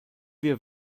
wir